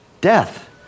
death